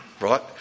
right